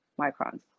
microns